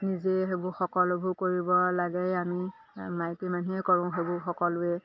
নিজে সেইবোৰ সকলোবোৰ কৰিব লাগে আমি মাইকী মানুহে কৰোঁ সেইবোৰ সকলোৱে